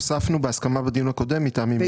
הוספנו, בהסכמה בדיון הקודם, "מטעמים מיוחדים".